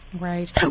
Right